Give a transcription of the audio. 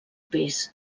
pis